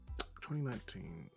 2019